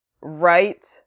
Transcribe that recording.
right